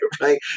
right